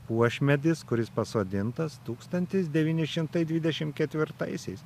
uošmedis kuris pasodintas tūkstantis devyni šimtai dvidešim ketvirtaisiais